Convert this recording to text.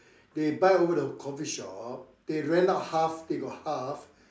they buy over the coffee shop they rent out half they got half